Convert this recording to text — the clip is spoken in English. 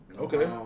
Okay